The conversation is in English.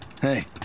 Hey